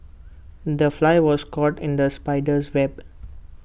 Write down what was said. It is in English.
the fly was caught in the spider's web